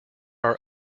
are